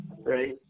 Right